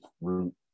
root